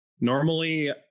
normally